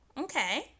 Okay